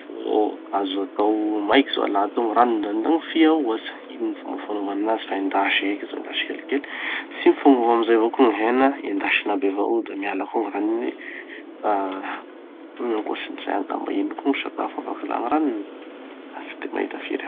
Azo atao maiky zao, alatao gny ranony da gny fia ohatsy. Ino gny fomba fanovana anazy fa endasy heky izy, endasy kelikely. Tsy mifagnova amizay avoa koa gny hena. Endasin'aby avao io da miala koa gny ranony. Ah, gn'ankoatsin'izay angamba ino koa gny sakafo afaky alà gny ranony? Tsy de mahita firy hafa.